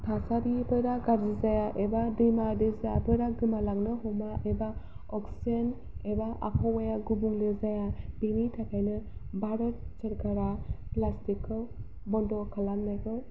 थासारिफोरा गाज्रि जाया एबा दैमा दैसाफोरा गोमा लांनो हमा एबा अक्सिजेन एबा आबहावाया गुबुंले जाया बेनि थाखायनो भारत सरखारा प्लास्टिकखौ बन्द खालामनायखौ